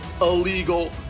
illegal